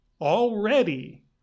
already